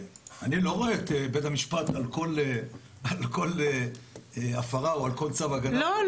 אני לא רואה את בית המשפט על כל הפרה או על כל צו הגנה --- לא,